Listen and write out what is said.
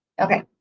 Okay